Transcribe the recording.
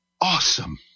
awesome